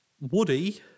Woody